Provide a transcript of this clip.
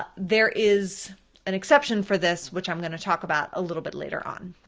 ah there is an exception for this which i'm gonna talk about a little bit later on.